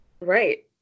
Right